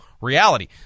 reality